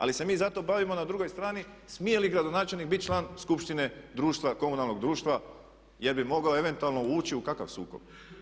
Ali se mi zato bavimo na drugoj strani smije li gradonačelnik biti član skupštine društva, komunalnog društva, jer bi mogao eventualno uči u kakav sukob?